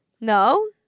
no